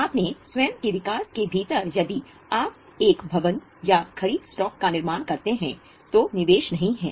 अपने स्वयं के व्यवसाय के भीतर यदि आप एक भवन या खरीद स्टॉक का निर्माण करते हैं तो निवेश नहीं है